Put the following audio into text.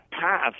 path